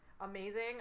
Amazing